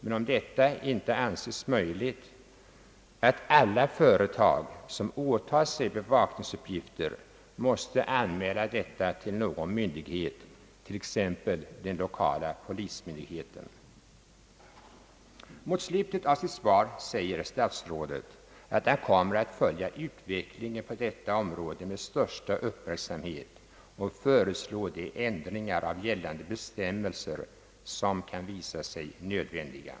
Om en sådan inte anses möjlig skulle det vara önskvärt att alla företag som åtar sig bevakningsuppgifter blir skyldiga att anmäla detta till någon myndighet, exempelvis den lokala polismyndigheten. Mot slutet av sitt svar säger statsrådet att han kommer att följa utvecklingen på detta område med största uppmärksamhet och föreslå de ändringar av gällande bestämmelser som kan visa sig nödvändiga.